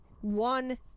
one